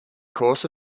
course